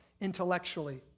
intellectually